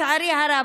לצערי הרב,